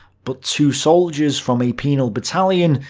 but two soldiers from a penal battalion,